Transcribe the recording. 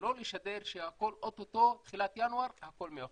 ולא לשדר שאו-טו-טו בתחילת ינואר הכול מאחורינו.